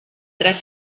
tres